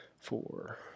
four